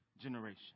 generation